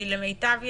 כי למיטב ידיעתי,